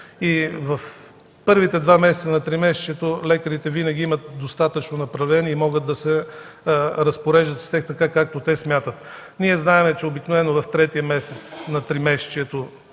и в първите два месеца на тримесечието лекарите винаги имат достатъчно направления и могат да се разпореждат с тях така, както те смятат. Ние знаем, че обикновено в третия месец на тримесечието